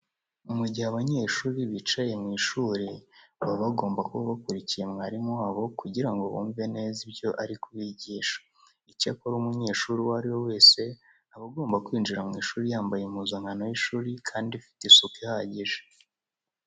Mu gihe abanyeshuri bicaye mu ishuri baba bagomba kuba bakurikiye mwarimu wabo kugira ngo bumve ibyo ari kubigisha. Icyakora, umunyeshuri uwo ari we wese aba agomba kwinjira mu ishuri yambaye impuzankano y'ishuri kandi ifite isuku ihagije.